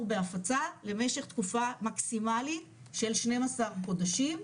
בהפצה למשך תקופה מקסימלית של 12 חודשים,